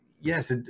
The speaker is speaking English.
yes